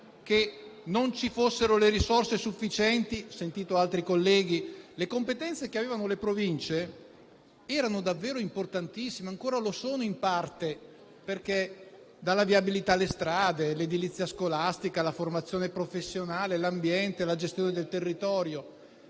che non ci fossero le risorse sufficienti, come ho sentito da altri colleghi. Le competenze che avevano le Province erano davvero importantissime e ancora lo sono, in parte: dalla viabilità alle strade, dall'edilizia scolastica alla formazione professionale, dall'ambiente alla gestione del territorio.